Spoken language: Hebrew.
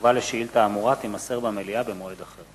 תשובה על השאילתא האמורה תימסר במליאה במועד אחר.